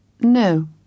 No